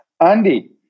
Andy